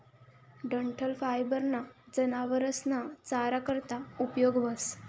डंठल फायबर ना जनावरस ना चारा करता उपयोग व्हस